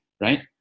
right